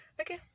Okay